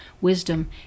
wisdom